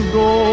go